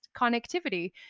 connectivity